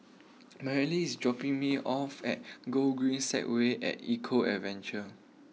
Marely is dropping me off at Gogreen Segway at Eco Adventure